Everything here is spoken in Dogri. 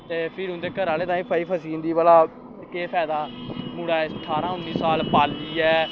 ते फिर उं'दे घर आह्लें ताईं फाई फसी जंदी भला केह् फैदा मुड़ा बारां उन्नी साल पालियै